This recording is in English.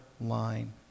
line